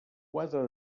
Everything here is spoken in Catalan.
quadre